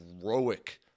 heroic